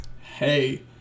Hey